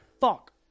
fuck